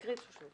נקריא את זה שוב